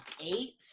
eight